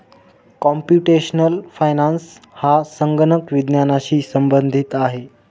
computational finance हा संगणक विज्ञानाशी संबंधित आहे